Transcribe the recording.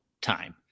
time